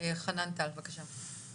חנן טל, בבקשה.